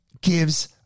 gives